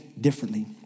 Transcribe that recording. differently